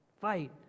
fight